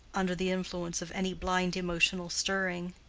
under the influence of any blind emotional stirring.